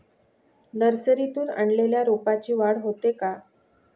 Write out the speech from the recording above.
नर्सरीतून आणलेल्या रोपाची वाढ होते का?